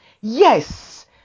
Yes